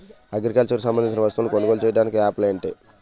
Agriculture కు సంబందించిన వస్తువులను కొనుగోలు చేయటానికి యాప్లు ఏంటి?